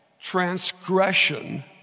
transgression